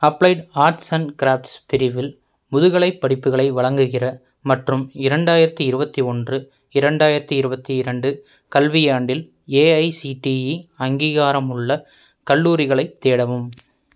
applied arts and crafts பிரிவில் முதுகலைப் படிப்புகளை வழங்குகிற மற்றும் இரண்டாயிரத்து இருபத்தி ஒன்று இரண்டாயிரத்து இருபத்தி இரண்டு கல்வியாண்டில் ஏஐசிடிஇ அங்கீகாரமுள்ள கல்லூரிகளைத் தேடவும்